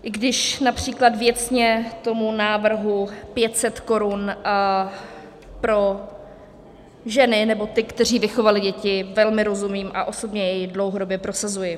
I když například věcně tomu návrhu 500 korun pro ženy nebo ty, kteří vychovali děti, velmi rozumím a osobně jej i dlouhodobě prosazuji.